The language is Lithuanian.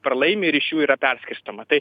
pralaimi ir iš jų yra perskirstoma tai